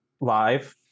live